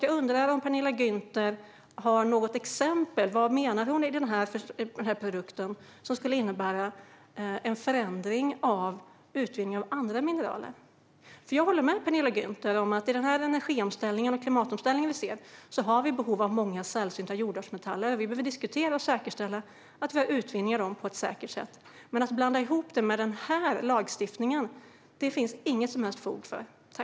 Jag undrar om Penilla Gunther har något exempel på vad hon menar med den här produkten som skulle innebära en förändring av utvinning av andra mineraler. Jag håller nämligen med henne om att vi i vår energi och klimatomställning har behov av många sällsynta jordartsmetaller. Vi behöver diskutera och säkerställa att vi kan utvinna dem på ett säkert sätt. Men det finns inte alls fog för att blanda ihop detta med den här lagstiftningen.